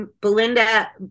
Belinda